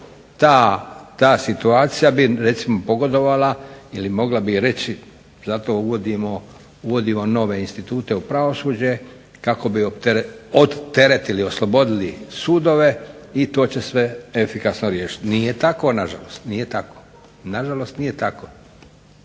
ta situacija bi recimo pogodovala ili mogla bi reći zato uvodimo nove institute u pravosuđe kako bi odteretili, oslobodili sudove i to će se efikasno riješiti. Nije tako nažalost, nije tako.